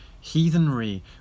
heathenry